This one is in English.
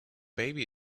baby